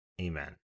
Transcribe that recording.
Amen